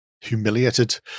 humiliated